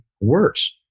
worse